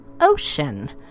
ocean